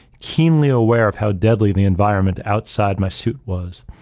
keenly aware of how deadly the environment outside my suit was.